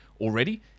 already